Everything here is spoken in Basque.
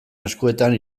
eskuetan